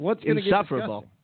insufferable